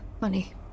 money